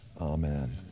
amen